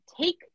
take